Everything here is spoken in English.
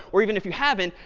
or even if you haven't,